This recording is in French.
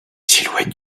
silhouettes